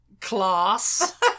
class